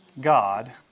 God